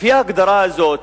לפי ההגדרה הזו,